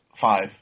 five